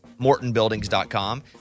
MortonBuildings.com